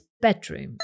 bedroom